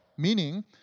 meaning